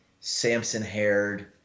Samson-haired